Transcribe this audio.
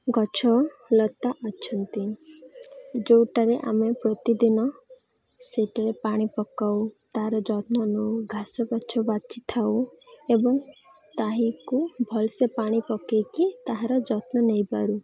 ଗଛ ଲତା ଅଛନ୍ତି ଯୋଉଟାରେ ଆମେ ପ୍ରତିଦିନ ସେଠାରେ ପାଣି ପକାଉ ତାର ଯତ୍ନ ନଉ ଘାସ ବାଛ ବାଛିଥାଉ ଏବଂ ତାହିକୁ ଭଲସେ ପାଣି ପକେଇକି ତାହାର ଯତ୍ନ ନେଇପାରୁ